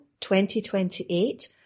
2028